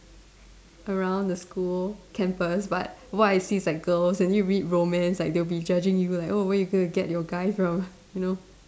around the school campus but what I see is like girls when you read romance like they'll be judging you like oh where you gonna get your guy from you know